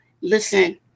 Listen